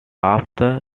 after